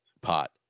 pot